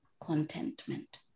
contentment